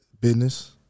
Business